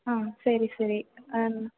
ஆ சரி சரி ஆ